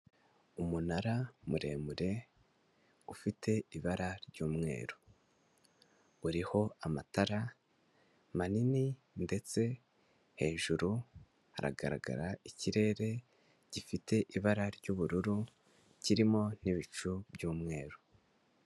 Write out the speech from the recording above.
Umunara muremure, ufite ibara ry'umweru, uriho amatara manini ndetse hejuru haragaragara ikirere gifite ibara ry'ubururu, kirimo n'ibicu by'umweru.